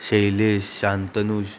Shailesh Shantush